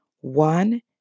one